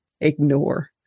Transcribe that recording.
ignore